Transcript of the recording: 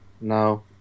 No